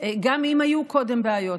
גם אם היו קודם בעיות.